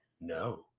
No